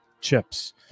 chips